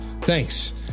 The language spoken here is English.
thanks